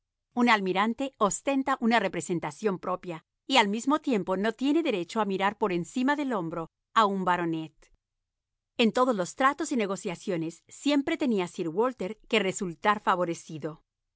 un almirante ostenta una representación propia y al mismo tiempo no tiene derecho a mirar por encima del hombro a un baronet en todos los tratos y negociaciones siempre tenía sir walter que resultar favorecido